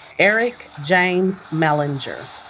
erik james mellinger